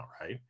right